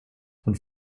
von